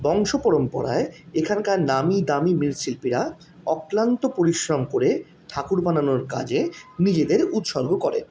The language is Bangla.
বংশ পরম্পরায় এখানকার নামি দামি মৃৎশিল্পীরা অক্লান্ত পরিশ্রম করে ঠাকুর বানানোর কাজে নিজেদের উৎসর্গ করে